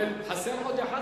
חסר עוד אחד,